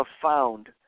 profound